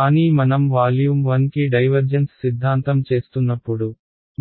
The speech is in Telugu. కానీ మనం వాల్యూమ్ 1 కి డైవర్జెన్స్ సిద్ధాంతం చేస్తున్నప్పుడు